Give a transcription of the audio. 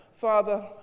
father